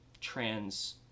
trans